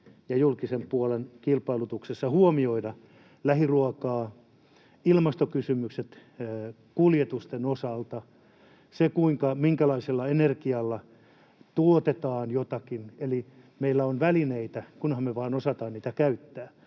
ja julkisen puolen kilpailutuksessa huomioida lähiruoka, ilmastokysymykset, kuljetukset, se, minkälaisella energialla tuotetaan jotakin, eli meillä on välineitä, kunhan me vaan osataan niitä käyttää.